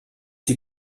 die